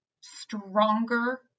stronger